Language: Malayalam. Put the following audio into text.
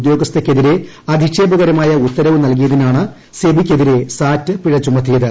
ഉദ്യോഗസ്ഥയ്ക്കെതിരെ അധിക്ഷേപകരമായ ഉത്തരവ് നൽകിയതിനാണ് സെബിയ്ക്കെതിരെ സാറ്റ് പിഴ ചുമത്തിയത്